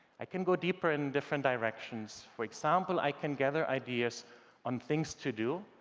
i can go deeper in different directions, for example, i can gather ideas on things to do,